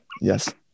Yes